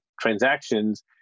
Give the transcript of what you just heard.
transactions